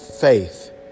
faith